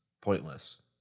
pointless